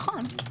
נכון.